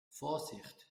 vorsicht